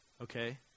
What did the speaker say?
Okay